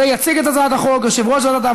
ומשפט של הכנסת.